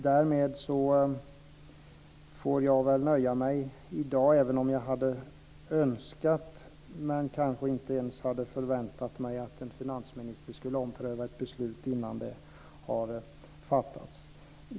Därmed får jag väl nöja mig i dag, även om jag hade önskat att finansministern skulle ompröva beslutet - men jag kanske inte hade förväntat mig att han skulle göra det innan beslutet har fattats.